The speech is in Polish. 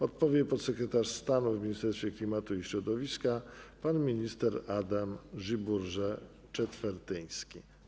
Odpowie podsekretarz stanu w Ministerstwie Klimatu i Środowiska pan minister Adam Guibourgé-Czetwertyński.